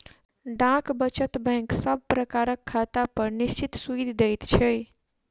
डाक वचत बैंक सब प्रकारक खातापर निश्चित सूइद दैत छै